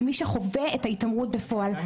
למי שחווה את ההתעמרות בפועל.